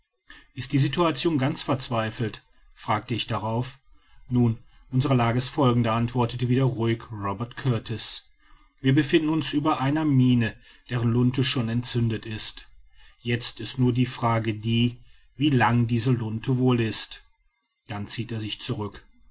ist die situation ganz verzweifelt fragte ich darauf nun unsere lage ist folgende antwortete wieder ruhig robert kurtis wir befinden uns über einer mine deren lunte schon entzündet ist jetzt ist nur die frage die wie lang diese lunte wohl ist dann zieht er sich zurück